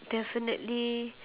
definitely